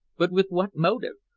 but with what motive?